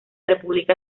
república